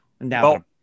Now